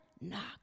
knock